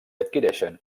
adquireixen